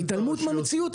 זאת פשוט התעלמות מהמציאות.